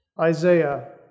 Isaiah